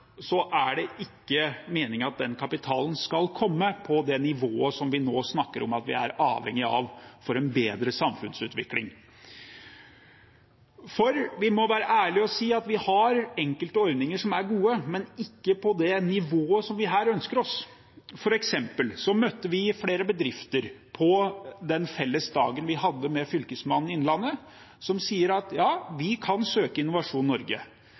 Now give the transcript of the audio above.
er det ikke meningen at den kapitalen skal komme på det nivået som vi nå snakker om at vi er avhengig av for en bedre samfunnsutvikling. Vi må være ærlige og si at vi har enkelte ordninger som er gode, men ikke på det nivået som vi her ønsker oss. For eksempel møtte vi flere bedrifter på den felles dagen vi hadde med fylkesmannen i Innlandet, som sa: Ja, vi kan søke Innovasjon Norge,